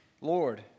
Lord